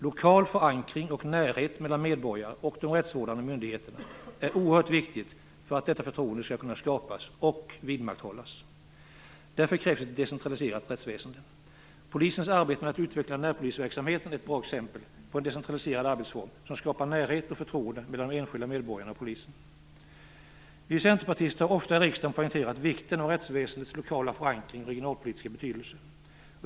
Lokal förankring och närhet mellan medborgare och de rättsvårdande myndigheterna är oerhört viktiga för att detta förtroende skall kunna skapas och vidmakthållas. Därför krävs ett decentraliserat rättsväsende. Polisens arbete med att utveckla närpolisverksamheten är ett bra exempel på en decentraliserad arbetsform som skapar närhet och förtroende mellan de enskilda medborgarna och polisen. Vi centerpartister har ofta i riksdagen poängterat vikten av rättsväsendets lokala förankring och regionalpolitiska betydelse.